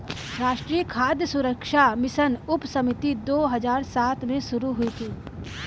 राष्ट्रीय खाद्य सुरक्षा मिशन उपसमिति दो हजार सात में शुरू हुई थी